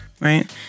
Right